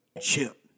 chip